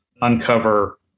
uncover